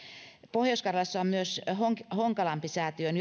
pohjois karjalassa on myöskin honkalampi säätiön